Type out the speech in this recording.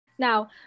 Now